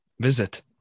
Visit